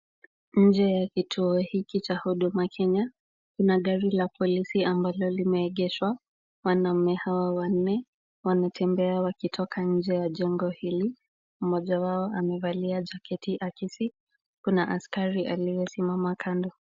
Nje ya kituo hiki cha Huduma Kenya, kuna gari la polisi ambalo limeegeshwa, wanaume hawa wanne wanatembea wakitoka nje ya jengo hili, mmoja wao, amevalia jaketi halisi kuna askari aliyesimama kando.